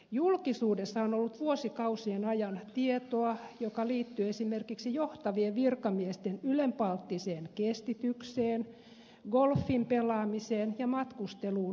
julkisuudessa on ollut vuosikausien ajan tietoa joka liittyy esimerkiksi johtavien virkamiesten ylenpalttiseen kestitykseen golfin pelaamiseen ja matkusteluun virka aikana